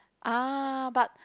!ah! but